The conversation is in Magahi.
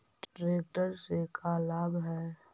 ट्रेक्टर से का लाभ है?